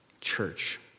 church